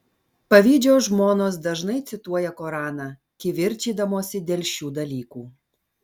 pavydžios žmonos dažnai cituoja koraną kivirčydamosi dėl šių dalykų